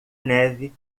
neve